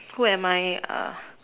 who am I uh